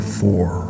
four